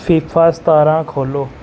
FIFA ਸਤਾਰਾਂ ਖੋਲ੍ਹੋ